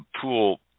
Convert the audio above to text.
pool